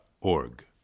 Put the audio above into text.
org